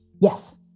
Yes